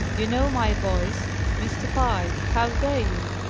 you know my voice mr. pye's. how dare you?